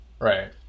Right